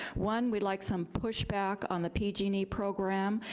one, we'd like some pushback on the pg and e program.